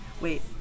Wait